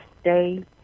stay